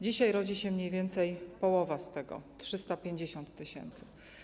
Dzisiaj rodzi się mniej więcej połowa z tego - 350 tys.